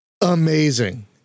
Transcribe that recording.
amazing